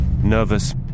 Nervous